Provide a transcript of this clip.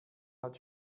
hat